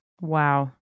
Wow